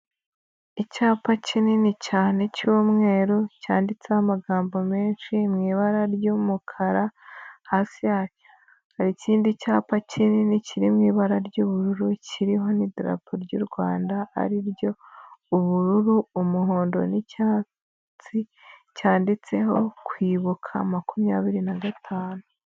Icyapa kinini cyane cy'umweru cyanditseho amagambo menshi mu ibara ry'umukara, hasi yacyo hari ikindi cyapa kinini kiri mu ibara ry'ubururu, kiriho n'idarapo ry'u Rwanda ari ryo ubururu, umuhondo n'icyatsi, cyanditseho kwibuka makumyabiri na gatanu.